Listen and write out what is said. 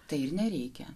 tai ir nereikia